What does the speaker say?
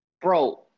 bro